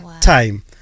time